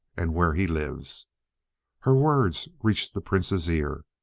and where he lives her words reached the prince's ear,